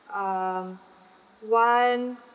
um one